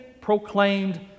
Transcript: proclaimed